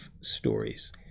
stories